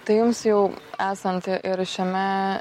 tai jums jau esant ir šiame